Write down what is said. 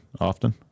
often